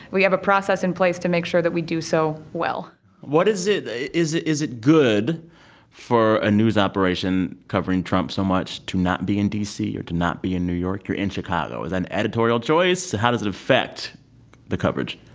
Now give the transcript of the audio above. we have a process in place to make sure that we do so well what is it is it is it good for a news operation covering trump so much to not be in d c. or to not be in new york? you're in chicago. was that an editorial choice? how does it affect the coverage?